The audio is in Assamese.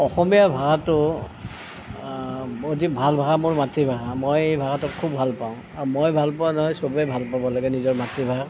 অসমীয়া ভাষাটো অতি ভাল ভাষা মোৰ মাতৃভাষা মই এই ভাষাটোক খুব ভাল পাওঁ আৰু মই ভালপোৱা নহয় চবেই ভাল পাব লাগে নিজৰ মাতৃভাষা